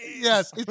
Yes